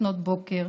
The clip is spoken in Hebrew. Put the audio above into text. לפנות בוקר.